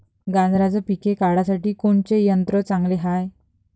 गांजराचं पिके काढासाठी कोनचे यंत्र चांगले हाय?